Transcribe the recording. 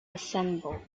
assembled